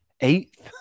eighth